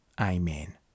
Amen